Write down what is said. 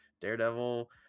Daredevil